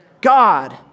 God